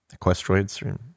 Equestroids